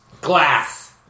Glass